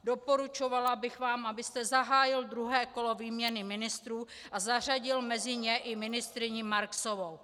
Doporučovala bych vám, abyste zahájil druhé kolo výměny ministrů a zařadil mezi ně i ministryni Marksovou.